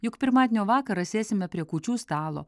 juk pirmadienio vakarą sėsime prie kūčių stalo